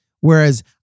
Whereas